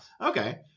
Okay